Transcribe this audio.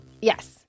Yes